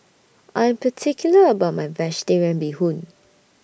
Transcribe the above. I'm particular about My Vegetarian Bee Hoon